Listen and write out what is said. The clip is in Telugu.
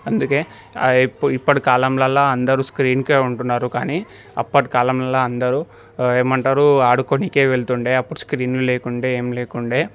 అందుకే ఇప్పటి కాలంలో అందరూ స్క్రీన్కే ఉంటున్నారు కానీ అప్పటి కాలంలో అందరూ ఏమంటారు ఆడుకోనీకే వెళుతుండే అప్పుడు స్క్రీన్లు లేకుండే ఏం లేకుండే